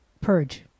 purge